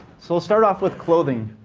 so we'll start off with clothing.